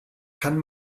kann